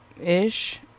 ish